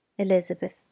Elizabeth